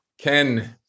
Ken